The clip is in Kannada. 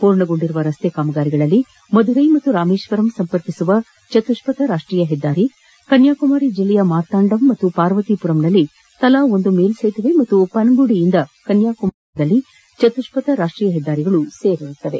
ಪೂರ್ಣಗೊಂಡಿರುವ ರಸ್ತೆ ಕಾಮಗಾರಿಗಳಲ್ಲಿ ಮದುರೈ ಮತ್ತು ರಾಮೇಶ್ಲರಂ ಸಂಪರ್ಕಿಸುವ ಚತುಷ್ಸಥ ರಾಷ್ಟೀಯ ಹೆದ್ದಾರಿ ಕನ್ಯಾಕುಮಾರಿ ಜಿಲ್ಲೆಯ ಮಾರ್ತಾಂಡಮ್ ಮತ್ತು ಪಾರ್ವತಿಪುರಂನಲ್ಲಿ ತಲಾ ಒಂದು ಮೇಲ್ಬೇತುವೆ ಮತ್ತು ಪನಗುದಿಯಿಂದ ಮತ್ತು ಕನ್ಯಾಕುಮಾರಿವರೆಗಿನ ಮಾರ್ಗದಲ್ಲಿ ಚತುಷ್ಪಥ ರಾಷ್ಟೀಯ ಹೆದ್ದಾರಿಗಳು ಸೇರಿವೆ